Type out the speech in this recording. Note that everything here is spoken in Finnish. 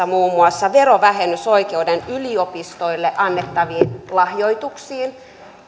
muun muassa verovähennysoikeuden yliopistoille annettaviin lahjoituksiin